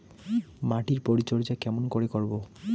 মাটির পরিচর্যা কেমন করে করব?